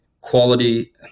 quality